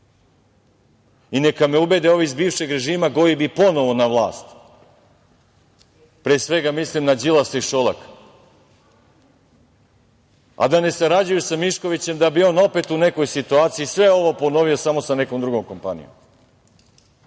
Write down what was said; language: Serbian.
Neka me ubede ovi iz bivšeg režima koji bi ponovo na vlast, pre svega mislim na Đilasa i Šolaka, a da ne sarađuju sa Miškovićem, da bi on opet u nekoj situaciji sve ovo ponovio samo sa nekom drugom kompanijom.